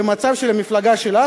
במצב של המפלגה שלך,